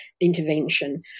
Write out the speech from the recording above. intervention